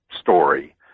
story